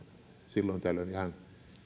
silloin tällöin ihan